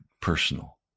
personal